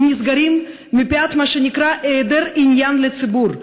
נסגרים מפאת מה שנקרא היעדר עניין לציבור.